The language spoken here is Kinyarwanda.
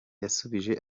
yasubije